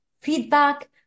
feedback